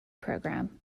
program